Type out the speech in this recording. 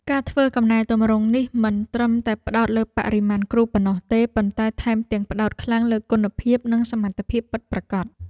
ការធ្វើកំណែទម្រង់នេះមិនត្រឹមតែផ្តោតលើបរិមាណគ្រូប៉ុណ្ណោះទេប៉ុន្តែថែមទាំងផ្តោតខ្លាំងលើគុណភាពនិងសមត្ថភាពពិតប្រាកដ។